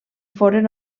foren